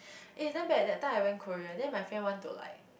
eh damn bad that time I went Korea then my friend want to like